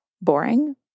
boring